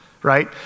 right